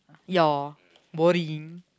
your boring